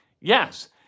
Yes